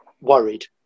worried